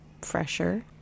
fresher